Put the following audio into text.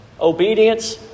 Obedience